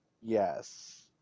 Yes